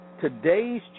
today's